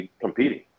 competing